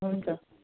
हुन्छ